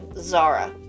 Zara